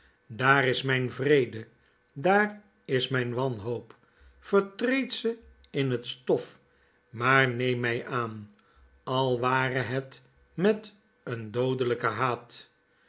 dar is myn vrede daris myn wanhoop vertreed ze in het stof maar neem my aan al ware het tnet een doodelyken haat